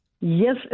Yes